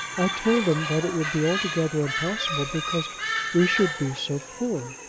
i told him that it would be altogether impossible, because we should be so poor.